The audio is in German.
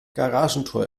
garagentor